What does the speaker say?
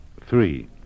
Three